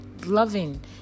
loving